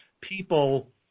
people